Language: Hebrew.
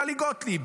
טלי גוטליב,